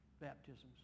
baptisms